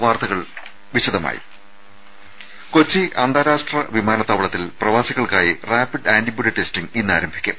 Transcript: വാർത്തകൾ വിശദമായി കൊച്ചി അന്താരാഷ്ട്ര വിമാനത്താവളത്തിൽ പ്രവാസികൾക്കായി റാപ്പിഡ് ആന്റിബോഡി ടെസ്റ്റിംഗ് ഇന്ന് ആരംഭിക്കും